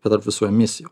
kad tarp visų emisijų